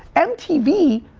mtv,